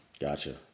Gotcha